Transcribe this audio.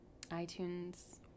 iTunes